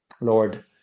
Lord